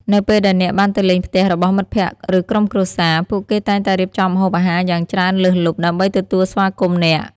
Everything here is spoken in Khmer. នៅពេលដែលអ្នកបានទៅលេងផ្ទះរបស់មិត្តភក្តិឬក្រុមគ្រួសារ ពួកគេតែងតែរៀបចំម្ហូបអាហារយ៉ាងច្រើនលើសលប់ដើម្បីទទួលស្វាគមន៍អ្នក។